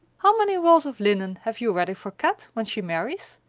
how many rolls of linen have you ready for kat when she marries?